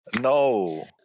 No